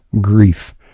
grief